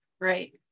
Right